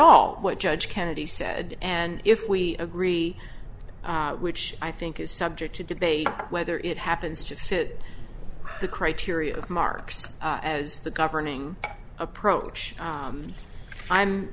all what judge kennedy said and if we agree which i think is subject to debate whether it happens to fit the criteria of marks as the governing approach